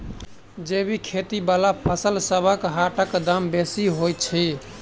जैबिक खेती बला फसलसबक हाटक दाम बेसी होइत छी